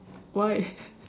why